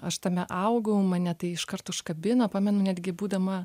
aš tame augau mane tai iškart užkabino pamenu netgi būdama